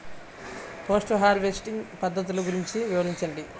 Post harvesting పద్ధతులు గురించి వివరించండి?